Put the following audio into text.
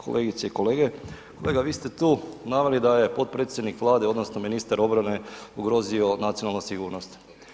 Kolegice i kolege, kolega vi ste tu naveli da je potpredsjednik vlade odnosno ministar obrane ugrozio nacionalnu sigurnost.